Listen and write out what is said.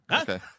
Okay